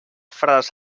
frares